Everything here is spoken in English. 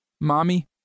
Mommy